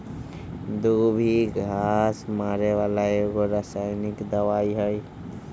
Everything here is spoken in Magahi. दुभी घास मारे बला एगो रसायनिक दवाइ हइ